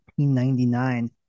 1999